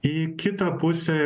į kitą pusę